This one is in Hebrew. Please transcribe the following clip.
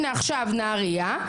לדוגמה נהריה,